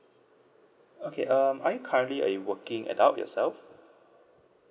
okay um are you currently a working adult yourself